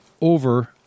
over